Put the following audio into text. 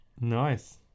Nice